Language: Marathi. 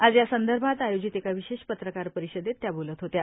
आज या संदर्भात आयोजित एका विशेष पत्रकार परिषदेत त्या बोलत होत्या